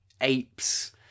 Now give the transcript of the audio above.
apes